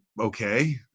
okay